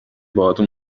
باهاتون